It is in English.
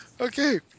Okay